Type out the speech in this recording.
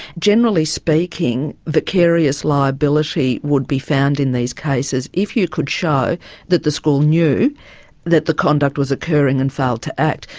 generally speaking vicarious liability would be found in these cases if you could show that the school knew that the conduct was occurring and failed to act.